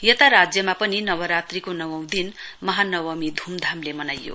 यता राज्यमा पनि नवरात्रीको नवौं दिन महानवमी धूमधामले मनाइयो